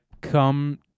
come